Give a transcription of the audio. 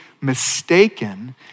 mistaken